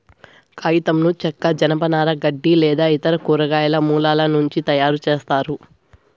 కాగితంను చెక్క, జనపనార, గడ్డి లేదా ఇతర కూరగాయల మూలాల నుంచి తయారుచేస్తారు